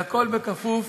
והכול בכפוף